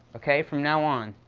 okay, from now on,